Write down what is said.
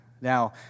Now